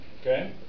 Okay